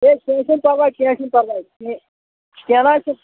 ہے کینٛہہ چھنہٕ پَرواے کینٛہہ چھُنہٕ پَرواے کینٛہہ نہ حظ چھِنہٕ